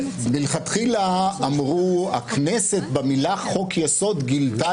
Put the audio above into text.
מלכתחילה אמרו: הכנסת במילה חוק-יסוד גילתה